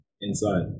inside